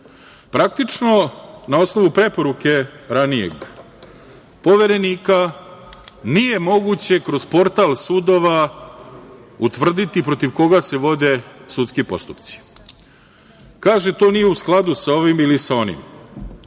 Praktično, na osnovu preporuke ranijeg Poverenika nije moguće kroz portal sudova utvrdi protiv koga se vode sudski postupci. Kaže, to nije u skladu sa ovim ili sa onim. Prema